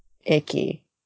icky